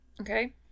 Okay